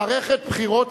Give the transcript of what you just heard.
מערכת בחירות